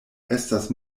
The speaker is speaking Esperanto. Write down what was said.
estas